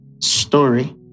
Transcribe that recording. story